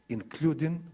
including